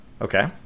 Okay